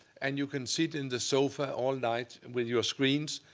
and you can sit in the sofa all night and with your screens.